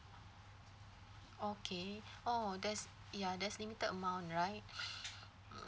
okay oh there's ya there's limited amount right